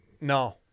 No